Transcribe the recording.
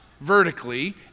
vertically